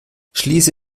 schließe